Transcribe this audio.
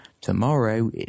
Tomorrow